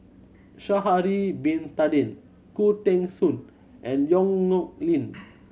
Sha'ari Bin Tadin Khoo Teng Soon and Yong Nyuk Lin